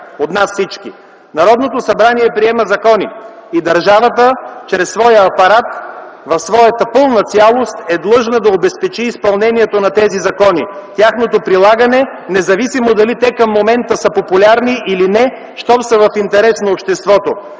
Народното събрание приема закони и държавата чрез своя апарат, в своята пълна цялост, е длъжна да обезпечи изпълнението на тези закони, тяхното прилагане - независимо дали те към момента са популярни или не, щом са в интерес на обществото.